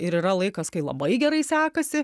ir yra laikas kai labai gerai sekasi